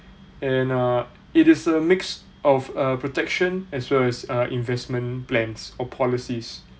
and uh it is a mix of err protection as well as err investment plans or policies